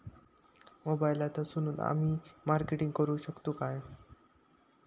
मोबाईलातसून आमी मार्केटिंग करूक शकतू काय?